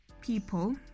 people